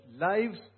lives